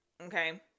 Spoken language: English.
Okay